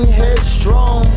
headstrong